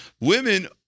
women